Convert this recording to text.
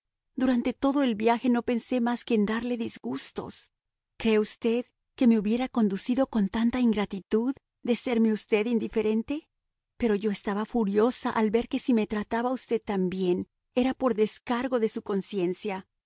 durante todo el viaje no pensé más que en darle disgustos cree usted que me hubiera conducido con tanta ingratitud de serme usted indiferente pero yo estaba furiosa al ver que si me trataba usted tan bien era por descargo de su conciencia